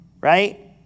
right